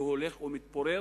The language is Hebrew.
שהולך ומתפורר,